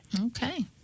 okay